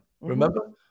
remember